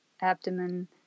abdomen